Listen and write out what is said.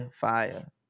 Fire